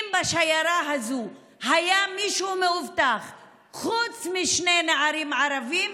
אם בשיירה הזאת היה מישהו מאובטח חוץ משני נערים ערביים,